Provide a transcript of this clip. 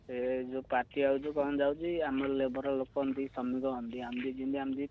ଏଇ ଯେଉଁ ତାତି ଆଉଛି କଣ ଯାଉଛି ଆମର ଲେବର୍ ଲୋକ ଯେମିତି ଶ୍ରମିକ ହୁଅନ୍ତି ପ୍ରଫ଼ିଟ୍ ହେବ